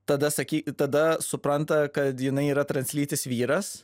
tada sakyt tada supranta kad jinai yra translytis vyras